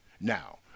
now